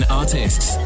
artists